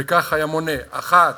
וכך היה מונה: אחת,